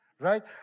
right